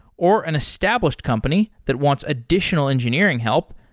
or an established company that wants additional engineering help,